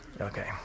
Okay